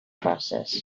process